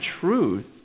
truth